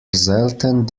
selten